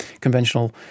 conventional